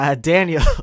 Daniel